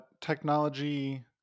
technology